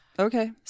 Okay